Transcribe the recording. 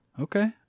okay